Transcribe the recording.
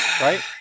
Right